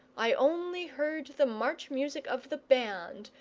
i only heard the march-music of the band,